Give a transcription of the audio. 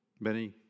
Benny